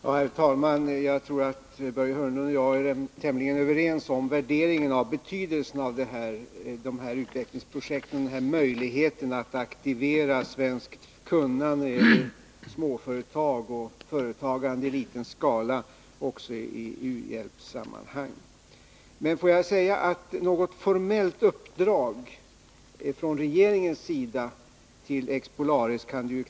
Herr talman! Jag tror att Börje Hörnlund och jag är tämligen överens när det gäller att värdera betydelsen av de här utvecklingsprojekten och denna möjlighet att aktivera svenskt kunnande i småföretag och företagande i liten skala också i u-hjälpssammanhang. Men jag vill säga att det knappast kan bli fråga om något formellt uppdrag från regeringens sida till Expolaris.